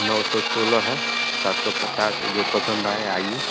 नौ सौ सोलह है सात सौ पचास जो पसंद आए आइए